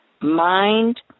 mind